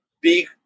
big